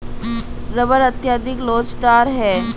rubber अत्यधिक लोचदार है